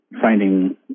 Finding